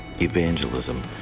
evangelism